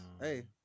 Hey